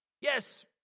Yes